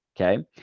okay